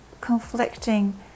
conflicting